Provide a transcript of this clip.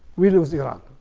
we lose iran.